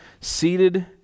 seated